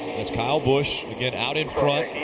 kyle busch again out in front.